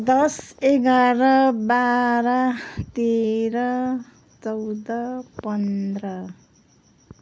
दस एघार बाह्र तेह्र चौध पन्ध्र